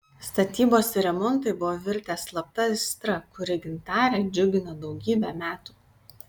statybos ir remontai buvo virtę slapta aistra kuri gintarę džiugino daugybę metų